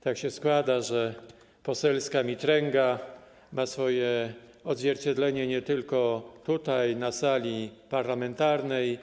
Tak się składa, że poselska mitręga ma swoje odzwierciedlenie nie tylko tutaj, na sali parlamentarnej